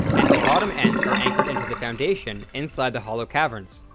and the bottom ends are anchored into the foundation inside the hollow caverns.